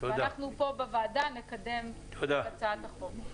ואנחנו פה בוועדה נקדם את הצעת החוק.